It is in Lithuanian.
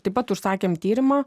taip pat užsakėm tyrimą